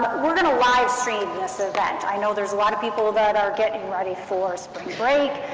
we're going to livestream this event. i know there's a lot of people that are getting ready for spring break,